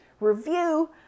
review